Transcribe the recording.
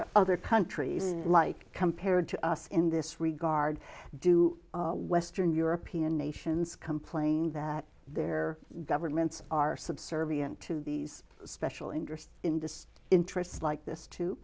are other countries like compared to us in this regard do western european nations complain that their governments are subservient to these special interests in the interests like this to